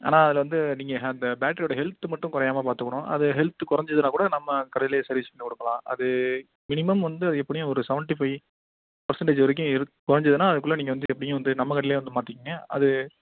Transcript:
ஆனால் அதில் வந்து நீங்கள் அந்த பேட்ரியோட ஹெல்த்து மட்டும் குறையாம பார்த்துக்குணும் அது ஹெல்த்து குறைஞ்சிதுனா கூட நம்ம கடையிலேயே சர்வீஸ் பண்ணி கொடுக்கலாம் அது மினிமம் வந்து அது எப்படியும் ஒரு செவன்டி ஃபைவ் பர்சென்ட்டேஜ் வரைக்கும் இருக்க குறைஞ்சிதுனா அதுக்குள்ளே நீங்கள் வந்து எப்படியும் வந்து நம்ம கடையிலேயே வந்து மாற்றிக்கங்க அது